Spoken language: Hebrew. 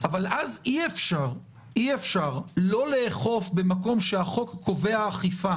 אבל אז אי-אפשר לא לאכוף במקום שהחוק קובע אכיפה